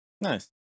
Nice